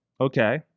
Okay